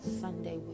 Sunday